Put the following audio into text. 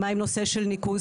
מה עם נושא של ניקוז?